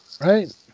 right